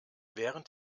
während